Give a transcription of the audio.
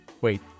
Wait